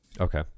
Okay